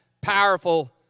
powerful